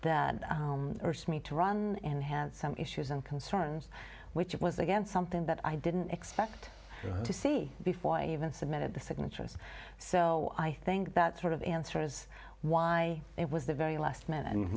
or smi to run in have some issues and concerns which was again something that i didn't expect to see before i even submitted the signatures so i think that sort of answers why it was the very last minute and